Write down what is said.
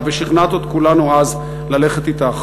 ושכנעת את כולנו אז ללכת אתך.